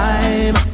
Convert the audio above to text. Time